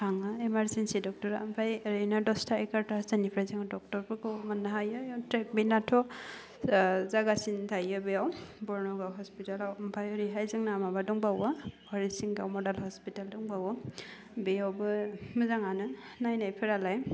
थाङो इमारजेन्सि डक्टरा ओमफाय ओरैनो डसथा एगार'थासोनिफाय जोङो डक्टरफोरखौ मोननो हायो इयावथ' बिनाथ' ओह जागासिनो थायो बेयाव बरन'गाव हस्पितालाव ओमफाय ओरैहाय जोंना माहा दंबावो हरिसिंगाव मडेल हस्पिताल दंबावो बेयावबो मोजाङानो नायनायफोरालाय